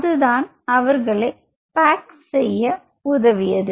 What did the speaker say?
அதுதான் அவர்களை பேக் செய்ய உதவியது